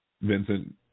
Vincent